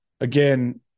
again